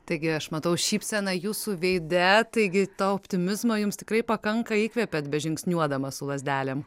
taigi aš matau šypseną jūsų veide taigi to optimizmo jums tikrai pakanka įkvepiat bežingsniuodama su lazdelėm